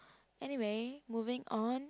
anyway moving on